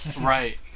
Right